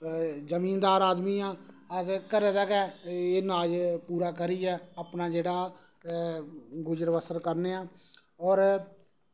जमींदार आदमी आं अस घरै दा गै एह् अनाज पूरा करियै अपना जेह्ड़ा गुजर बसर करने आं होर